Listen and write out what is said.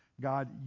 God